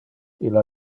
illa